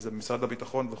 ממשרד הביטחון וכו'.